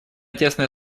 тесное